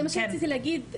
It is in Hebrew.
זה מה שרציתי להגיד,